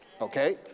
okay